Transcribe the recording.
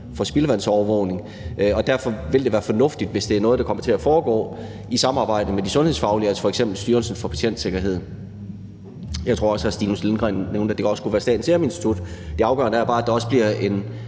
for spildevandsovervågning. Derfor vil det være fornuftigt, hvis det er noget, der kommer til at foregå i samarbejde med de sundhedsfaglige instanser, f.eks. Styrelsen for Patientsikkerhed. Jeg tror, at hr. Stinus Lindgreen nævnte, at det også kunne være Statens Serum Institut. Det afgørende er bare, at det også bliver en